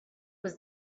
was